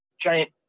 giant